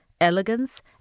elegance